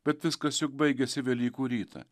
bet viskas juk baigėsi velykų rytą